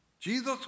Jesus